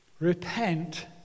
Repent